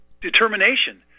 determination